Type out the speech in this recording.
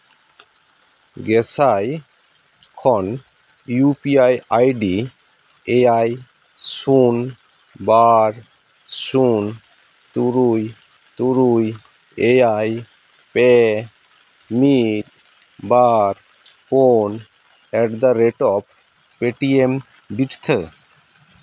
ᱜᱮᱥᱟᱭ ᱠᱷᱚᱱ U P I ID ᱮᱭᱟᱭ ᱥᱩᱱ ᱵᱟᱨ ᱥᱩᱱ ᱛᱩᱨᱩᱭ ᱛᱩᱨᱩᱭ ᱮᱭᱟᱭ ᱯᱮ ᱢᱤᱫ ᱵᱟᱨ ᱯᱩᱱ ᱮᱴᱫᱟᱨᱮᱴ ᱚᱯᱷ ᱮᱹᱴᱤᱭᱮᱢ ᱵᱤᱪᱛᱷᱟᱹ